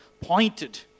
pointed